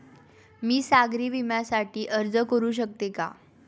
मी सागरी विम्यासाठी अर्ज करू शकते का?